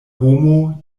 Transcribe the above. homo